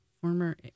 Former